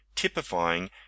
typifying